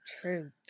True